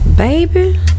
Baby